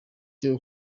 byo